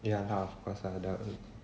ya lah of course dah